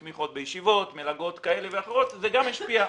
תמיכות בישיבות, מלגות כאלה ואחרות, וגם זה ישפיע.